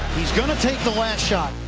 he's gonna take the last shot.